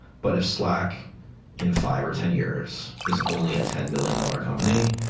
but if slack in five or ten years is only a ten billion dollars company,